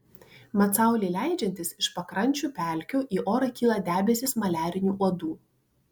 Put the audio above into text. mat saulei leidžiantis iš pakrančių pelkių į orą kyla debesys maliarinių uodų